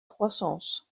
croissants